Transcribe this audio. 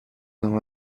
دام